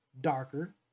darker